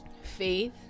faith